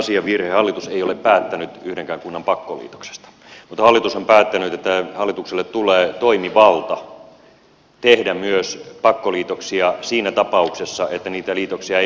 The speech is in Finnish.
hallitus ei ole päättänyt yhdenkään kunnan pakkoliitoksesta mutta hallitus on päättänyt että hallitukselle tulee toimivalta tehdä myös pakkoliitoksia siinä tapauksessa että niitä liitoksia ei muuten tapahdu